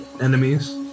enemies